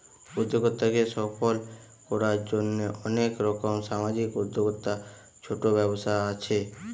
উদ্যোক্তাকে সফল কোরার জন্যে অনেক রকম সামাজিক উদ্যোক্তা, ছোট ব্যবসা আছে